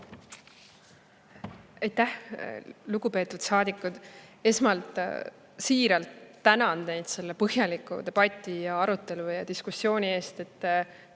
Aitäh! Lugupeetud saadikud! Esmalt siiralt tänan teid selle põhjaliku debati, arutelu, diskussiooni eest.